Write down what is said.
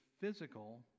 physical